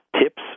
tips